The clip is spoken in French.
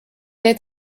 est